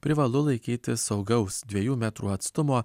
privalu laikytis saugaus dviejų metrų atstumo